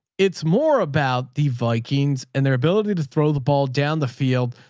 it's more about the vikings and their ability to throw the ball down the field.